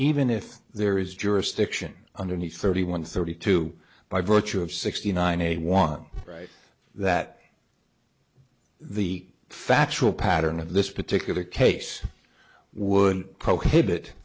even if there is jurisdiction underneath thirty one thirty two by virtue of sixty nine a one right that the factual pattern of this particular case would prohibit